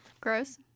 Gross